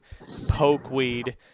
pokeweed